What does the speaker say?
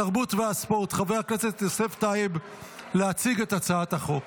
התרבות והספורט לצורך הכנתה לקריאה השנייה והשלישית.